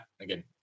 again